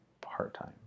part-time